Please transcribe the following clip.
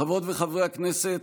חברות וחברי הכנסת,